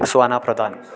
सुहाना प्रधान